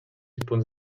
punts